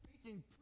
speaking